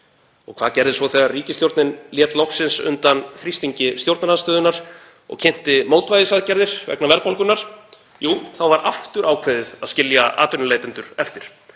Hvað gerðist svo þegar ríkisstjórnin lét loksins undan þrýstingi stjórnarandstöðunnar og kynnti mótvægisaðgerðir vegna verðbólgunnar? Jú, þá var aftur ákveðið að skilja atvinnuleitendur eftir,